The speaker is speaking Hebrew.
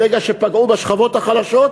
ברגע שפגעו בשכבות החלשות,